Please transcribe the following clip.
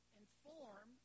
inform